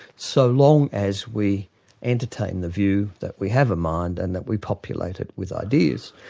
so long as we entertain the view that we have a mind and that we populate it with ideas,